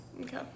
Okay